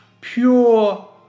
pure